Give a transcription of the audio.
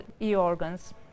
e-organs